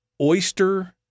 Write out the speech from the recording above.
oyster